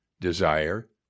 desire